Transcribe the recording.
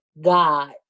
God